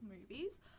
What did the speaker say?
movies